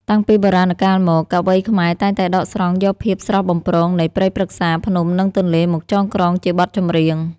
តាំងពីបុរាណកាលមក កវីខ្មែរតែងតែដកស្រង់យកភាពស្រស់បំព្រងនៃព្រៃព្រឹក្សា ភ្នំ និងទន្លេ មកចងក្រងជាបទចម្រៀង។